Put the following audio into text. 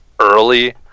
early